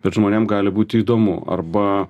bet žmonėm gali būti įdomu arba